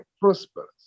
prosperous